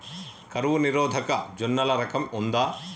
కరువు నిరోధక జొన్నల రకం ఉందా?